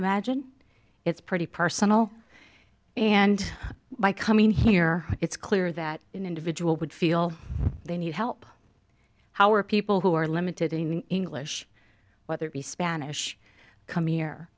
imagine it's pretty personal and by coming here it's clear that an individual would feel they need help how are people who are limited in english whether it be spanish coming here